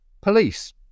police